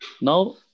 Now